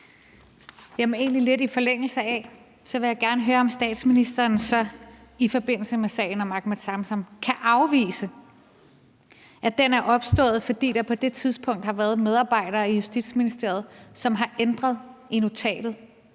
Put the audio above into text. jeg vil gerne høre, om statsministeren så i forbindelse med sagen om Ahmed Samsam kan afvise, at den er opstået, fordi der på det tidspunkt har været medarbejdere i Justitsministeriet, som har ændret i notatet